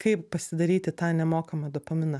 kaip pasidaryti tą nemokamą dopaminą